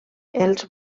els